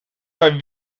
haar